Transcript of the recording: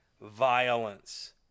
Violence